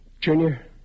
Junior